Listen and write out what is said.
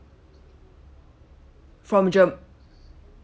from germ~